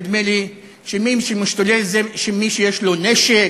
אז נדמה שמי שמשתולל זה מי שיש לו נשק,